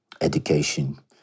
education